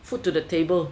food to the table